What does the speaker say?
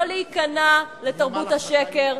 לא להיכנע לתרבות השקר,